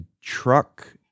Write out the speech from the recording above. truck